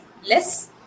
less